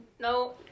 no